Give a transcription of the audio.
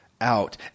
Out